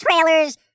trailers